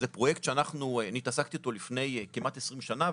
זה פרויקט שאני התעסקתי איתו לפני כמעט 20 שנה,